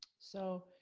so,